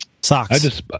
Socks